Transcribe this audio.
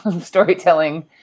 storytelling